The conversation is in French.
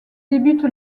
débute